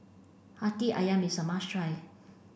Hati Ayam is a must try